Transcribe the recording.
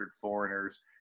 foreigners